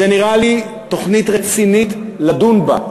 היא נראתה לי תוכנית רצינית לדון בה,